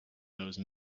those